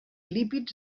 lípids